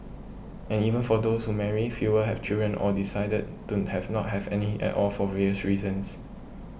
and even for those who marry fewer have children or decided don't have not have any at all for various reasons